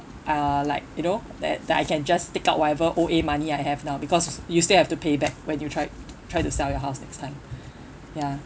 uh like you know that that I can just take out whatever O_A money I have now because you still have to pay back when you try try to sell your house next time ya